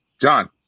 John